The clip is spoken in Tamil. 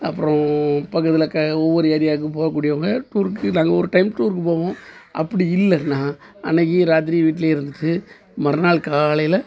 அப்புறம் பக்கத்தில் க ஒவ்வொரு ஏரியாவுக்கும் போகக்கூடியவங்க டூருக்கு நாங்கள் ஒரு டைம் டூருக்கு போவோம் அப்படி இல்லைன்னா அன்னைக்கு ராத்திரி வீட்லையே இருந்துகிட்டு மறுநாள் காலையில்